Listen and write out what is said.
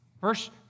Verse